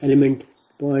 2500 0